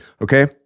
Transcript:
okay